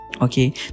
okay